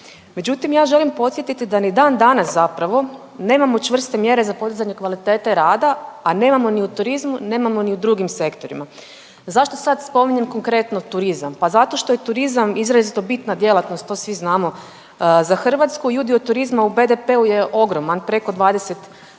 Međutim, ja želim podsjetiti da ni dan danas zapravo nemamo čvrste mjere za podizanje kvalitete rada, a nemamo ni u turizmu, nemamo ni u drugim sektorima. Zašto sad spominjem konkretno turizam? Pa zato što je turizam izrazito bitna djelatnost to svi znamo za Hrvatsku i udio turizma u BDP-u je ogroman preko 20%